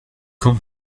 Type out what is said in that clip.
quand